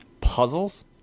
puzzles